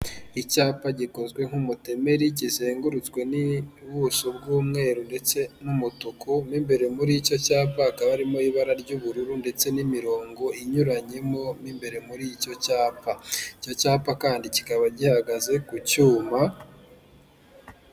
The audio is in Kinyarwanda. Icyapa gikozwe nk'umutemeri kizengurutswe n'ubuso bw'umweru ndetse n'umutuku n'imbere muri icyo cyapaka harimo ibara ry'ubururu, ndetse n'imirongo inyuranyemo mo imbere muri icyo cyapa. Icyo cyapa kandi kikaba gihagaze ku cyuma.